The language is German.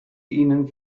ihnen